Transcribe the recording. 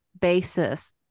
basis